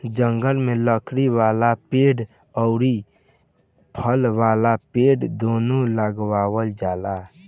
जंगल में लकड़ी वाला पेड़ अउरी फल वाला पेड़ दूनो लगावल जाला